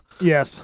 Yes